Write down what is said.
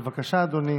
בבקשה, אדוני.